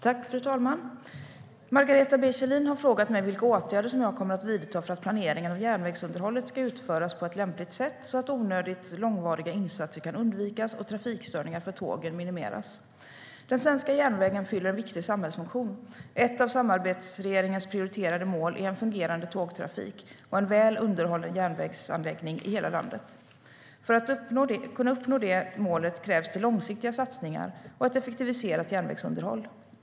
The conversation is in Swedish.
Fru talman! Margareta B Kjellin har frågat mig vilka åtgärder jag kommer att vidta för att planeringen av järnvägsunderhållet ska utföras på ett lämpligt sätt så att onödigt långvariga insatser kan undvikas och trafikstörningar för tågen minimeras. Den svenska järnvägen fyller en viktig samhällsfunktion. Ett av samarbetsregeringens prioriterade mål är en fungerande tågtrafik och en väl underhållen järnvägsanläggning i hela landet. För att kunna uppnå det målet krävs långsiktiga satsningar och ett effektiviserat järnvägsunderhåll.